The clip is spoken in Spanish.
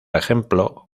ejemplo